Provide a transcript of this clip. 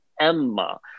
Emma